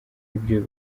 ibyo